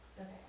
Okay